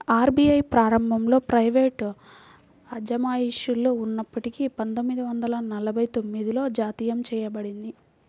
RBI ప్రారంభంలో private అజమాయిషిలో ఉన్నప్పటికీ పందొమ్మిది వందల నలభై తొమ్మిదిలో జాతీయం చేయబడింది